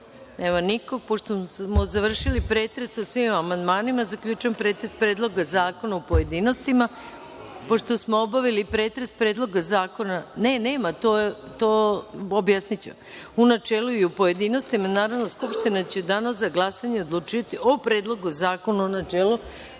reč? Ne. Pošto smo završili pretres o svim amandmanima, zaključujem pretres Predloga zakona, u pojedinostima. Pošto smo obavili pretres Predloga zakona u načelu i u pojedinostima, Narodna skupština će u Danu za glasanje odlučivati o Predlogu zakona u načelu,